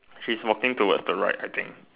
she's walking towards the right I think